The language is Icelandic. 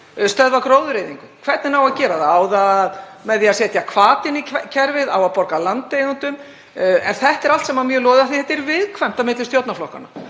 stöðva gróðureyðingu. Hvernig á að gera það? Á að gera það með því að setja hvata inn í kerfið? Á að borga landeigendum? Þetta er allt saman mjög loðið því þetta er viðkvæmt á milli stjórnarflokkanna.